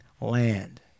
land